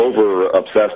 over-obsessed